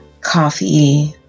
coffee